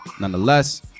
nonetheless